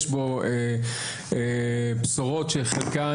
יש בו בשורות שחלקן,